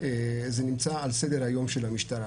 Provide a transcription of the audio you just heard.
זה נמצא על סדר היום של המשטרה,